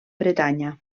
bretanya